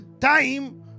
time